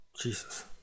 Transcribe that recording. Jesus